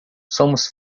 somos